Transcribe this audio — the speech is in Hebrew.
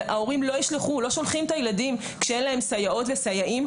ההורים לא שולחים את הילדים כשאין להם סייעות וסייעים,